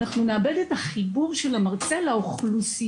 אנחנו נאבד את החיבור של המרצה לאוכלוסייה,